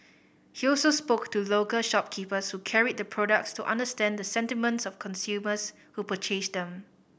he also spoke to local shopkeepers who carried the products to understand the sentiments of consumers who purchased them